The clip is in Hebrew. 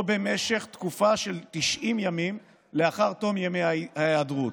או במשך תקופה של 90 ימים לאחר תום ימי ההיעדרות,